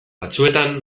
batzuetan